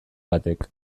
batek